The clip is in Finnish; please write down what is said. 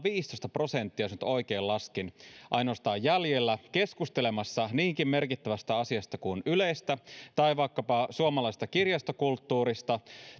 ainoastaan viisitoista prosenttia jos nyt oikein laskin jäljellä keskustelemassa niinkin merkittävästä asiasta kuin ylestä tai vaikkapa suomalaisesta kirjastokulttuurista